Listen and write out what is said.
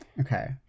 Okay